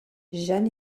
jeanne